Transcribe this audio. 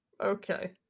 Okay